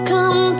Come